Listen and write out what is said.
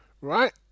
right